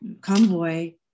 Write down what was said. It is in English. convoy